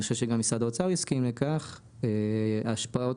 חושב שגם משרד האוצר יסכים לכך שיש להן השפעות